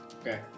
Okay